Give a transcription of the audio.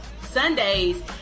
Sundays